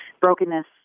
brokenness